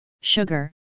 sugar